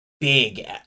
big